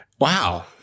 wow